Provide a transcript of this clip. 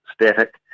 static